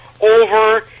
over